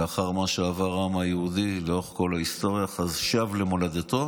לאחר מה שעבר העם היהודי לאורך כל ההיסטוריה ושב למולדתו,